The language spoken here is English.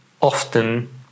often